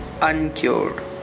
uncured